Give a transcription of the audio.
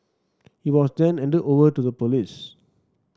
he was then handed over to the police